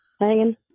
Hanging